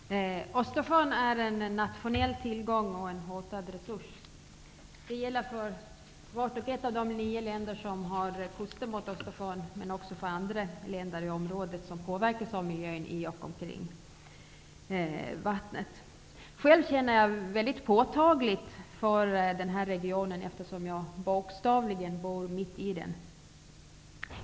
Herr talman! Östersjön är en nationell tillgång och en hotad resurs. Det gäller vart och ett av de nio länder som har kust mot Östersjön och också andra länder i området som påverkas av miljön i och omkring vattnet. Själv känner jag väldigt påtagligt för den här regionen, eftersom jag bokstavligen bor mitt i den.